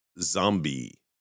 Zombie